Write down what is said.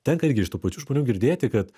tenka irgi iš tų pačių žmonių girdėti kad